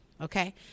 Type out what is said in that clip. Okay